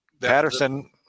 patterson